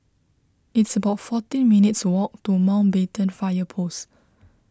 it's about fourteen minutes' walk to Mountbatten Fire Post